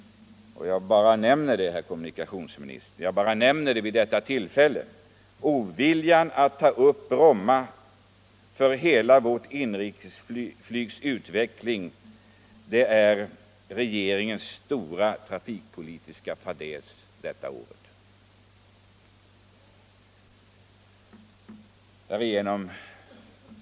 Oviljan att upplåta Bromma - jag bara nämner det vid detta tillfälle, herr kommunikationsminister — för inrikesflygets fortsatta utveckling är regeringens stora trafikpolitiska fadäs detta år.